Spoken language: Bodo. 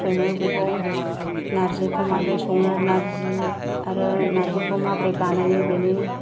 सङो बेखौ नार्जिखौ माबोरै सङो नार्जि आरो नार्जिखौ माबोरै बानायो बेनि